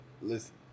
Listen